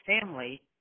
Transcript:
family